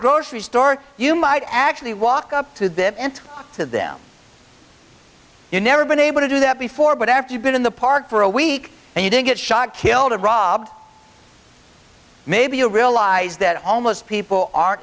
grocery store you might actually walk up to them and to them you never been able to do that before but after you've been in the park for a week and you didn't get shot killed and rob maybe you realize that homeless people are